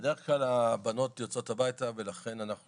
בדרך כלל הבנות יוצאות הביתה ולכן אנחנו